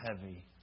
heavy